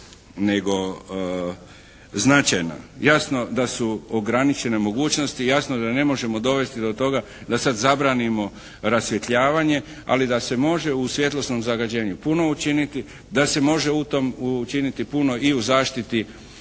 nego značajna. Jasno da su ograničene mogućnosti, jasno da ne možemo dovesti do toga da sada zabranimo rasvjetljavanje ali da se može u svjetlosnom zagađenju puno učiniti, da se može u tom učiniti puno i u zaštiti